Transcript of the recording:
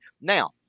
Now